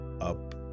up